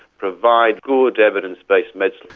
provide good evidence-based medicine.